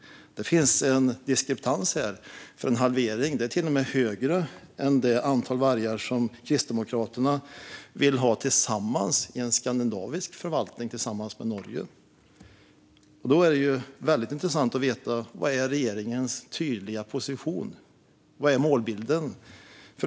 Det finns en diskrepans här eftersom en halvering innebär ett högre antal vargar än det antal Kristdemokraterna vill ha i en skandinavisk förvaltning tillsammans med Norge. Det vore intressant att veta vad regeringens tydliga position är. Vad är målbilden?